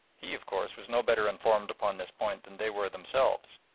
he, of course, was no better informed upon this point than they were themselves,